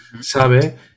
sabe